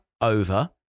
over